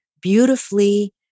beautifully